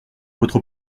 votre